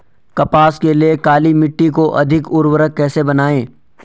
कपास के लिए काली मिट्टी को अधिक उर्वरक कैसे बनायें?